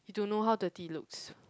you don't know how dirty it looks